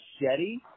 machete